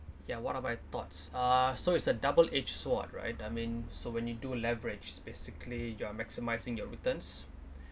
ya one of my thoughts uh so it's a double edged sword right I mean so when you do leverage is basically you are maximising your returns